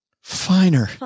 finer